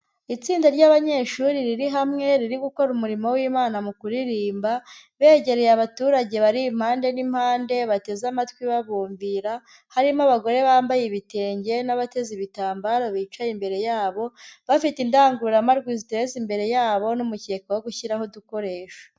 Itsinda ry'abanyeshuri riri hamwe, riri gukora umurimo w'Imana mu kuririmba, begereye abaturage bari impande n'impande bateze amatwi babumbira, harimo abagore bambaye ibitenge n'abateze ibitambaro, bicaye imbere yabo, bafite indangururamajwi ziteretse imbere yabo n'umukeka wo gushyiraho udukoresho.